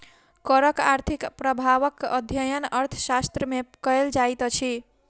करक आर्थिक प्रभावक अध्ययन अर्थशास्त्र मे कयल जाइत अछि